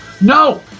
No